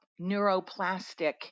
neuroplastic